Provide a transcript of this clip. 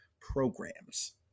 programs